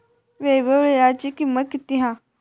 वैभव वीळ्याची किंमत किती हा?